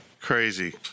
Crazy